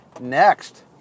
next